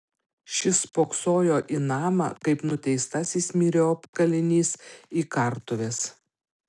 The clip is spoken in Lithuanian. šis spoksojo į namą kaip nuteistasis myriop kalinys į kartuves